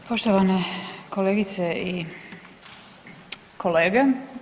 Poštovane kolegice i kolege.